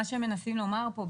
מה שמנסים לומר פה,